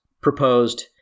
proposed